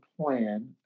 plan